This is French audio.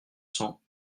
cents